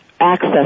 access